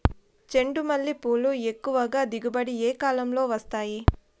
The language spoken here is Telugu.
చెండుమల్లి పూలు ఎక్కువగా దిగుబడి ఏ కాలంలో వస్తాయి